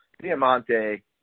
Diamante